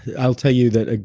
i'll tell you that, ah